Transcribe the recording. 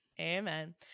Amen